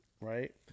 Right